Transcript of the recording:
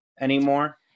Anymore